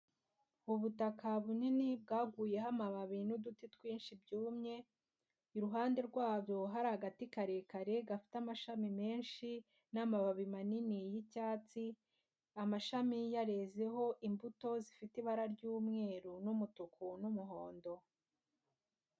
Ubutaka bunini bwaguyeho amababi n'uduti twinshi byumye, iruhande rwabyo hari agati karekare gafite amashami menshi n'amababi manini y'icyatsi, amashami yarezeho imbuto zifite ibara ry'umweru n'umutuku n'umuhondo.